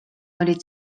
olid